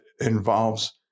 involves